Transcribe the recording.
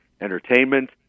entertainment